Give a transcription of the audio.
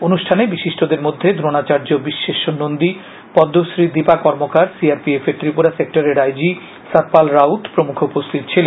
অনুষ্ঠানে বিশিষ্টদের মধ্যে Dronacharya Bishweshwar Nandi Padma Shri Dipa Karmakar C R P F র ত্রিপুরা সেক্টরের আই জি সতপাল রাউত প্রমুখ উপস্হিত ছিলেন